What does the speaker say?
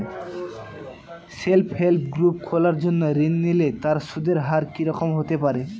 Self help group খোলার জন্য ঋণ নিলে তার সুদের হার কি রকম হতে পারে?